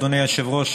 אדוני היושב-ראש,